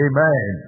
Amen